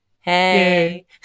Hey